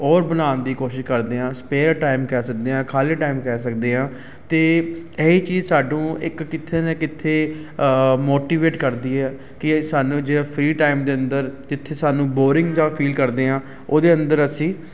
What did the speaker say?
ਹੋਰ ਬਣਾਉਣ ਦੀ ਕੋਸ਼ਿਸ਼ ਕਰਦੇ ਹਾਂ ਸਪੇਅਰ ਟਾਈਮ ਕਹਿ ਸਕਦੇ ਹਾਂ ਖਾਲੀ ਟਾਈਮ ਕਹਿ ਸਕਦੇ ਹਾਂ ਅਤੇ ਇਹ ਚੀਜ਼ ਸਾਨੂੰ ਇੱਕ ਕਿੱਥੇ ਨਾ ਕਿੱਥੇ ਮੋਟੀਵੇਟ ਕਰਦੀ ਆ ਕਿ ਇਹ ਸਾਨੂੰ ਜਿਹੜਾ ਫਰੀ ਟਾਈਮ ਦੇ ਅੰਦਰ ਜਿੱਥੇ ਸਾਨੂੰ ਬੋਰਿੰਗ ਜਾ ਫੀਲ ਕਰਦੇ ਹਾਂ ਉਹਦੇ ਅੰਦਰ ਅਸੀਂ